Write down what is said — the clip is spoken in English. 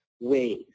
ways